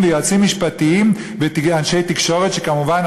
ויועצים משפטיים ואנשי תקשורת שכמובן,